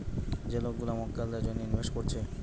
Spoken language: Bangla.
যে লোক গুলা মক্কেলদের জন্যে ইনভেস্ট কোরছে